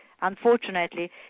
unfortunately